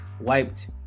wiped